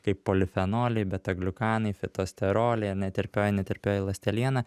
kaip polifenoliai beta gliukanai fitosteroliai ane tirpioji netirpioji ląsteliena